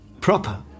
Proper